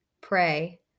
pray